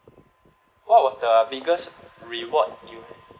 what was the biggest reward you